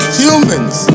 humans